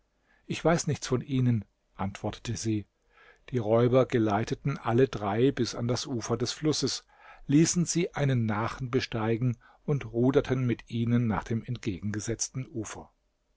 ich weiß nichts von ihnen antwortete sie die räuber geleiteten alle drei bis an das ufer des flusses ließen sie einen nachen besteigen und ruderten mit ihnen nach dem entgegengesetzten ufer